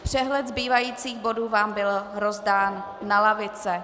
Přehled zbývajících bodů vám byl rozdán na lavice.